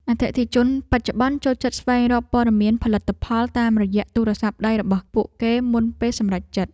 អតិថិជនបច្ចុប្បន្នចូលចិត្តស្វែងរកព័ត៌មានផលិតផលតាមរយៈទូរស័ព្ទដៃរបស់ពួកគេមុនពេលសម្រេចចិត្ត។